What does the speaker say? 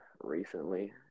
recently